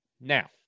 Now